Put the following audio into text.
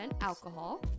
alcohol